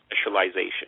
specialization